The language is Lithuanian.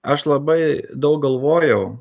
aš labai daug galvojau